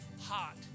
hot